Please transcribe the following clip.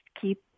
keep